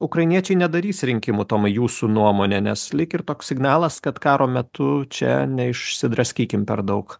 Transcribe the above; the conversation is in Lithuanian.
ukrainiečiai nedarys rinkimų tomai jūsų nuomonė nes lyg ir toks signalas kad karo metu čia ne išsidraskykim per daug